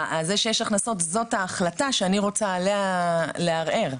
זה שיש הכנסות זו ההחלטה שאני רוצה לערער עליה.